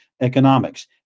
economics